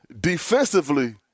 defensively